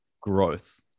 growth